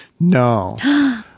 no